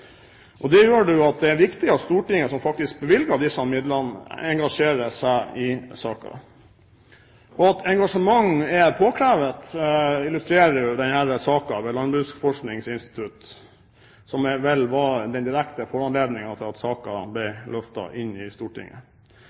Det gjør jo at det er viktig at Stortinget, som faktisk bevilger disse midlene, engasjerer seg i saken. At engasjement er påkrevet, illustrerer denne saken ved Norsk institutt for landbruksøkonomisk forskning – som vel var den direkte foranledningen til at saken ble løftet inn i Stortinget.